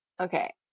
Okay